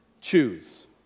choose